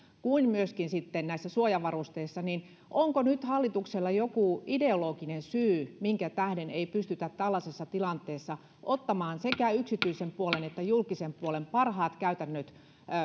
kuin myöskin sitten näissä suojavarusteissa onko nyt hallituksella joku ideologinen syy minkä tähden ei pystytä tällaisessa tilanteessa ottamaan sekä yksityisen puolen että julkisen puolen parhaita käytäntöjä